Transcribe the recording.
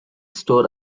store